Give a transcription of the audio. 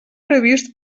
previst